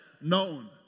known